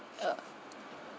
err